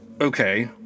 okay